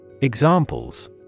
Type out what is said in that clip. Examples